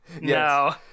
No